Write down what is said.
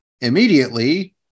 Immediately